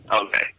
okay